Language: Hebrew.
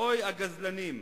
הוי הגזלנים,